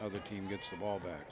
other team gets the ball back